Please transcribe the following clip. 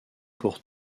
pour